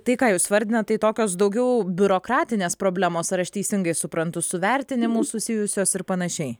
tai ką jūs vardina tai tokios daugiau biurokratinės problemos ar aš teisingai suprantu su vertinimu susijusios ir panašiai